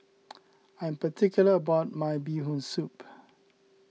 I am particular about my Bee Hoon Soup